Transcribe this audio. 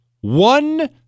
One